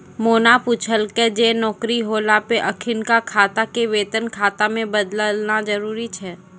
मोना पुछलकै जे नौकरी होला पे अखिनका खाता के वेतन खाता मे बदलना जरुरी छै?